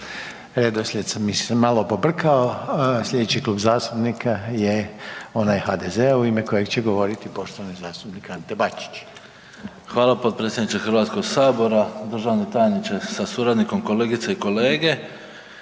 redoslijed mi se malo pobrkao. Slijedeći Klub zastupnika je onaj HDZ-a u ime kojeg će govoriti poštovani zastupnik Ante Bačić. **Bačić, Ante (HDZ)** Hvala potpredsjedniče HS, državni tajniče sa suradnikom, kolegice i kolege.